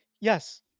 Yes